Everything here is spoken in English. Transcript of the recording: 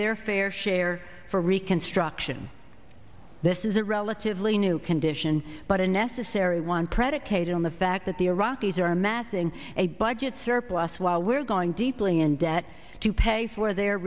their fair share for reconstruction this is a relatively new condition but a necessary one predicated on the fact that the iraqis are amassing a budget surplus while we're going deeply in debt to pay for their